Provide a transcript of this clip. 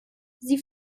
sie